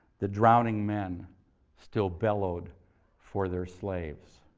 the drowning men still bellowed for their slaves.